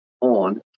on